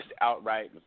outright